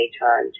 daytime